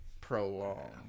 prolong